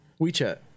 WeChat